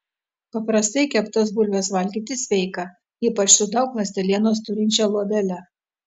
paprastai keptas bulves valgyti sveika ypač su daug ląstelienos turinčia luobele